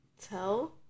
tell